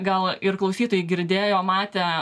gal ir klausytojai girdėjo matė